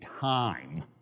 time